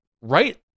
right